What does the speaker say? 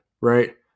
right